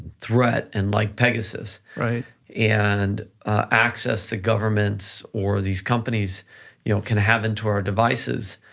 threat and like pegasus, and access to governments or these companies you know can have into our devices,